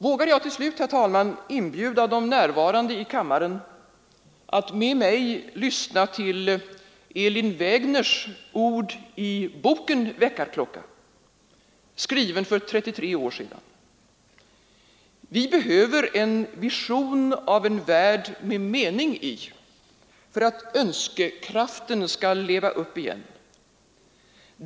Vågar jag till slut inbjuda de närvarande i kammaren att med mig lyssna till Elin - Nr 15 Wägners ord i boken Väckarklocka, skriven för 33 år sedan: Onsdagen den ”Vi behöver en vision av en värld med mening i för att önskekraften 30 januari 1974 skall leva upp igen.